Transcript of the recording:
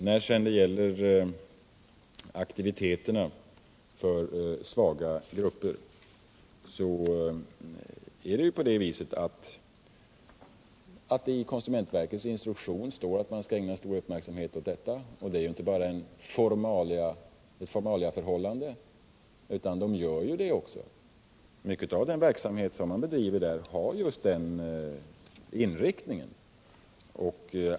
När det sedan gäller aktiviteterna för de svaga grupperna står det i konsumentverkets instruktion att stor uppmärksamhet skall ägnas åt dessa. Det är inte bara formalia, utan man gör det också. Mycket av den verksamhet som bedrivs har en sådan inriktning.